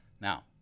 now